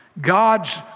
God's